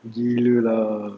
gila lah